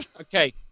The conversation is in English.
Okay